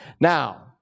Now